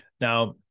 Now